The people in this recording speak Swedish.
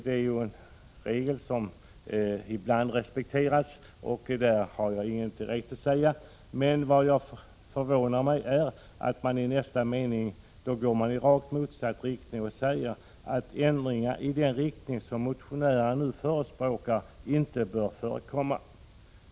Men jag förvånas över att utskottsmajoriteten i nästa mening går åt rakt motsatt håll och säger att ändringen i den riktning som motionärerna nu förespråkar inte bör ifrågakomma.